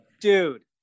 dude